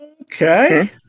Okay